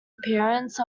appearance